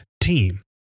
team